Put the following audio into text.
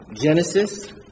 Genesis